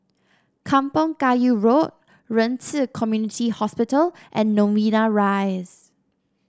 Kampong Kayu Road Ren Ci Community Hospital and Novena Rise